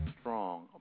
strong